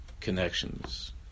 connections